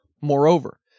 Moreover